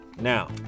now